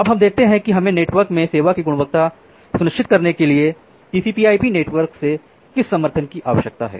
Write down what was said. अब हम यह देखते हैं कि हमें नेटवर्क में सेवा की गुणवत्ता सुनिश्चित करने के लिए टीसीपी आईपी TCPIP नेटवर्क से किस समर्थन की आवश्यकता है